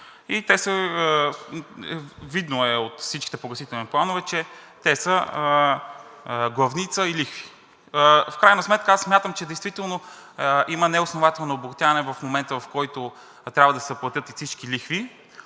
Видно е от всичките погасителни планове, че те са главница и лихви. В крайна сметка аз смятам, че действително има неоснователно обогатяване в момента, в който трябва да се заплатят и всички лихви.